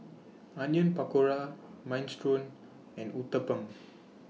Onion Pakora Minestrone and Uthapam